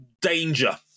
danger